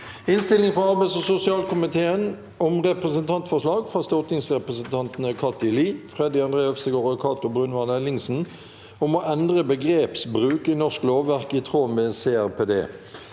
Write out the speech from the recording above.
Innstilling fra arbeids- og sosialkomiteen om Repre- sentantforslag fra stortingsrepresentantene Kathy Lie, Freddy André Øvstegård og Cato Brunvand Ellingsen om å endre begrepsbruk i norsk lovverk i tråd med CRPD